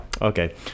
Okay